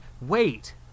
wait